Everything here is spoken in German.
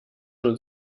man